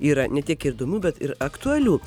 yra ne tiek ir įdomių bet ir aktualių